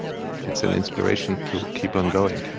it's an inspiration to keep on going.